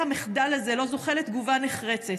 איך המחדל הזה לא זוכה לתגובה נחרצת?